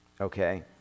okay